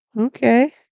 Okay